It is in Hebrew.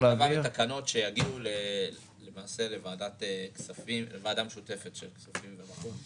מדובר בתקנות שיגיעו לוועדה משותפת של כספים וחוץ וביטחון,